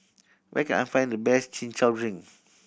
where can I find the best Chin Chow drink